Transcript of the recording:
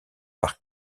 par